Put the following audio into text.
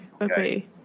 Okay